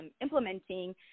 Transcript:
implementing